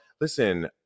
listen